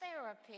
therapy